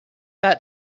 that